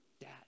dad